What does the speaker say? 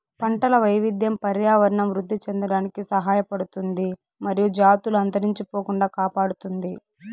పంటల వైవిధ్యం పర్యావరణం వృద్ధి చెందడానికి సహాయపడుతుంది మరియు జాతులు అంతరించిపోకుండా కాపాడుతుంది